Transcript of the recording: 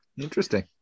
Interesting